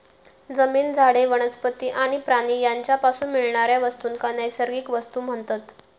जमीन, झाडे, वनस्पती आणि प्राणी यांच्यापासून मिळणाऱ्या वस्तूंका नैसर्गिक वस्तू म्हणतत